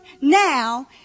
now